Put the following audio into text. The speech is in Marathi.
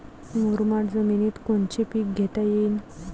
मुरमाड जमिनीत कोनचे पीकं घेता येईन?